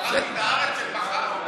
כבר קראתי את הארץ של מחר.